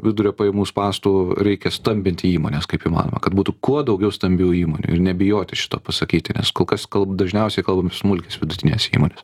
vidurio pajamų spąstų reikia stambinti įmones kaip įmanoma kad būtų kuo daugiau stambių įmonių ir nebijoti šito pasakyti nes kol kas kalb dažniausiai kalbam apievsmulkias vidutines įmones